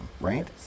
right